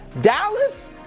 Dallas